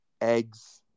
eggs